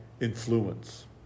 influence